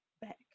back